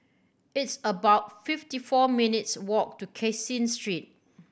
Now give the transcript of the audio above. it's about fifty four minutes' walk to Caseen Street